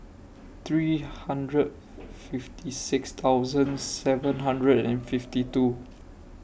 three hundred fifty six thousand seven hundred and fifty two